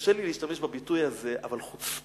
קשה לי להשתמש בביטוי הזה, אבל, חוצפה.